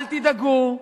אל תדאגו,